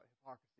hypocrisy